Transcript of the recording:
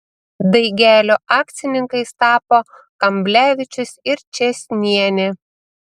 daigelio akcininkais tapo kamblevičius ir čėsnienė